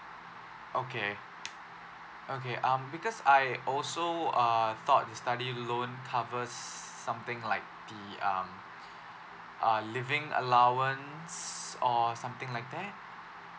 okay okay um because I also uh I thought this study loan covers something like the um uh living allowance or something like that